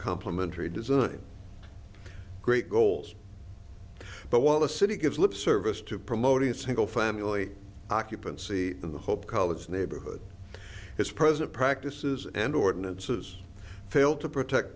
complementary design great goals but while the city gives lip service to promoting single family occupancy in the hope college neighborhood its present practices and ordinances fail to protect